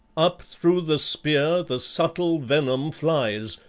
up through the spear the subtle venom flies,